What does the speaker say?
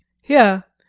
here,